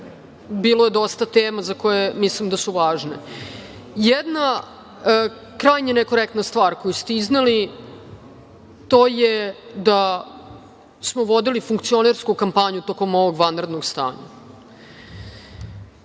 Bilo je dosta tema za koje mislim da su važne. Jedna krajnje nekorektna stvar koju ste izneli, to je da smo vodili funkcionersku kampanju tokom ovog vanrednog stanja. Ponovo